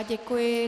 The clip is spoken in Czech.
Děkuji.